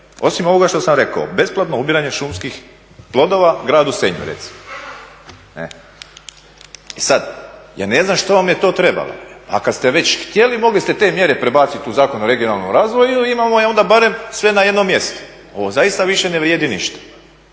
osim ovoga što sam rekao, besplatno ubiranje šumskih plodova gradu Senju, recimo. E sada, ja ne znam što vam je to trebalo, a kad ste već htjeli, mogli ste te mjere prebaciti u Zakon o regionalnom razvoju i imamo onda barem sve na jednom mjestu. Ovo zaista više ne vrijedi ništa.